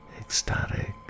ecstatic